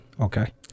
Okay